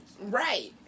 Right